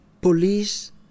police